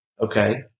Okay